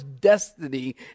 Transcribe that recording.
destiny